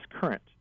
current